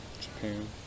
Japan